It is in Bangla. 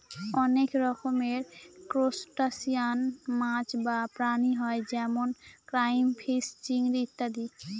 অনেক রকমের ত্রুসটাসিয়ান মাছ বা প্রাণী হয় যেমন ক্রাইফিষ, চিংড়ি ইত্যাদি